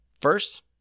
First